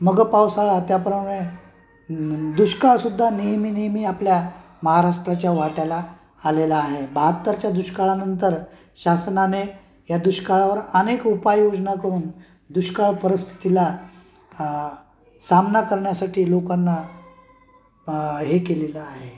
मग पावसाळा त्याप्रमाणे न्न् दुष्काळसुद्धा नेहमी नेहमी आपल्या महाराष्ट्राच्या वाट्याला आलेला आहे बाहत्तरच्या दुष्काळानंतर शासनाने या दुष्काळावर अनेक उपाययोजना करून दुष्काळी परिस्थितीला सामना करण्यासाठी लोकांना हे केलेलं आहे